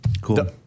Cool